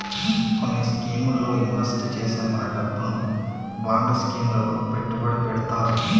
కొన్ని స్కీముల్లో ఇన్వెస్ట్ చేసిన మన డబ్బును బాండ్ స్కీం లలో పెట్టుబడి పెడతుర్రు